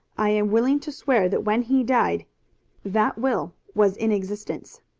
i am willing to swear that when he died that will was in existence.